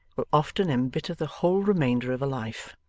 will often embitter the whole remainder of a life.